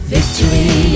Victory